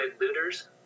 Looters